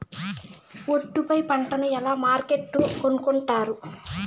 ఒట్టు పై పంటను ఎలా మార్కెట్ కొనుక్కొంటారు?